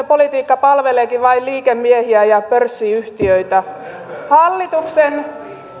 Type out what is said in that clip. politiikka palveleekin vain liikemiehiä ja pörssiyhtiöitä hallituksen